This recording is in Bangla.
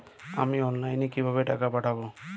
আমি অনলাইনে কিভাবে টাকা পাঠাব?